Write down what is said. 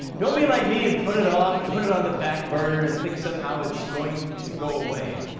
don't be like me and put it off, and put it on the back burner and think somehow it's going to go away.